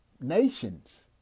nations